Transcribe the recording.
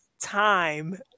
time